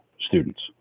students